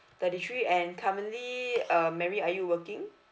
thirty three and currently uh mary are you working